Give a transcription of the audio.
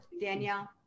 Danielle